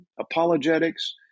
apologetics